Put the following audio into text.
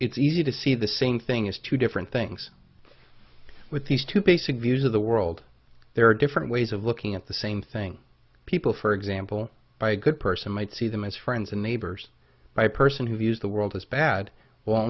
it's easy to see the same thing as two different things with these two basic views of the world there are different ways of looking at the same thing people for example by a good person might see them as friends and neighbors by a person who views the world as bad will